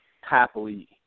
happily